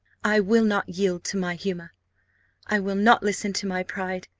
i will not yield to my humour i will not listen to my pride.